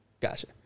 Gotcha